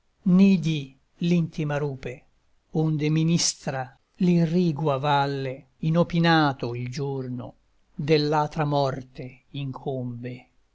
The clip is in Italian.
nidi l'intima rupe onde ministra l'irrigua valle inopinato il giorno dell'atra morte incombe